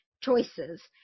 choices